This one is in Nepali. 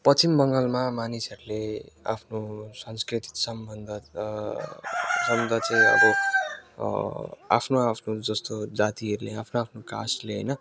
पश्चिम बङ्गालमा मानिसहरूले आफ्नो सांस्कृतिक सम्बन्ध सम्बन्ध चाहिँ अब आफ्नो आफ्नो जस्तो जातिहरूले आफ्नो आफ्नो कास्टले होइन